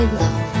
love